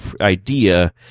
idea